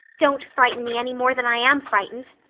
don't frighten me any more than i am frightened,